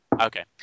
Okay